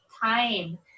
time